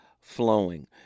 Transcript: flowing